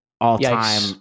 All-time